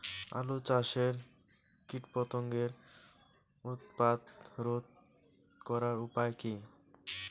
আলু চাষের কীটপতঙ্গের উৎপাত রোধ করার উপায় কী?